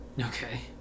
Okay